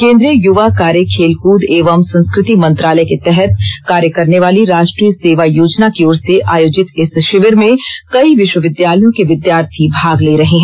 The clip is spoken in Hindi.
केंद्रीय युवा कार्य खेलकृद एवं संस्कृति मंत्रालय के तहत कार्य करने वाली राष्ट्रीय सेवा योजना की ओर से आयोजित इस शिविर में कई विश्वविद्यालयों के विद्यार्थी भाग ले रहे हैं